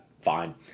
fine